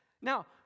Now